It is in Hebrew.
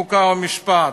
חוק ומשפט,